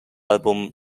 album